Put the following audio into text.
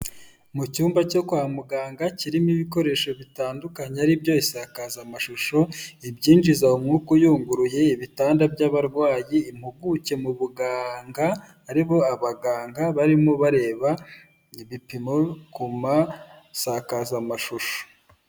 Mu cyumba cyo kwa muganga kirimo ibikoresho bitandukanye ari byo, isakazamashusho, ibyinjiza umwuka uyunguruye, ibitanda by'abarwayi, impuguke mu buganga aribo abaganga, barimo bareba ibipimo ku masakazamashusho.